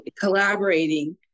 collaborating